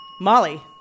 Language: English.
Molly